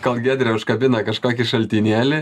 kol giedrė užkabina kažkokį šaltinėlį